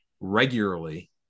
regularly